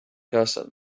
hassan